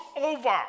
over